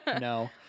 No